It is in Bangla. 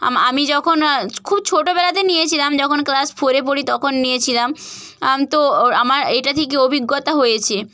আমি যখন খুব ছোটবেলাতে নিয়েছিলাম যখন ক্লাস ফোরে পড়ি তখন নিয়েছিলাম আম তো আমার এটা থেকে অভিজ্ঞতা হয়েছে